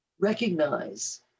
recognize